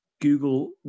Google